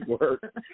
work